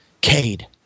Cade